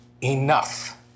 enough